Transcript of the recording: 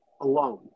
alone